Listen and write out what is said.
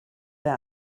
wer